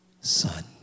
son